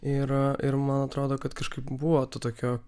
ir ir man atrodo kad kažkaip buvo to tokio